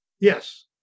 Yes